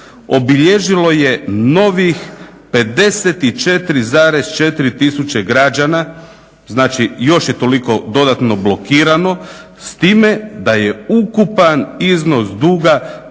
obilježilo je novih 54,4 tisuće građana, znači još je toliko dodatno blokirano, s time da je ukupan iznos duga